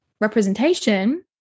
representation